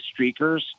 streakers